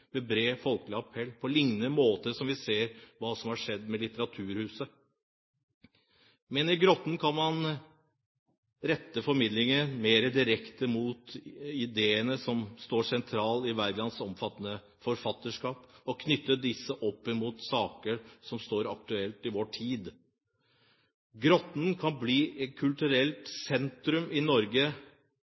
med bred folkelig appell, på liknende måte som vi ser har skjedd med Litteraturhuset. Men i Grotten kan man rette formidlingen mer direkte mot ideene som står sentralt i Wergelands omfattende forfatterskap, og knytte disse opp mot saker med stor aktualitet i vår tid. Grotten kan bli et kulturelt sentrum i Norge,